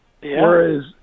Whereas